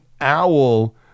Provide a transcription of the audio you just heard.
Owl